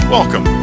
Welcome